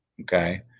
okay